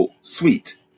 sweet